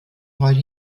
heute